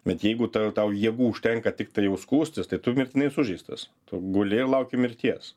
bet jeigu ta tau jėgų užtenka tiktai jau skųstis tai tu mirtinai sužeistas tu guli lauki mirties